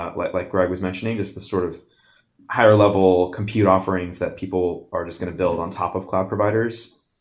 ah like like greg was mentioning, just the sort of higher level compute offerings that people are just going to build on top of cloud providers.